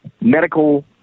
medical